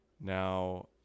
now